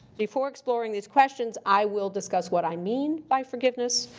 before exploring these questions, i will discuss what i mean by forgiveness.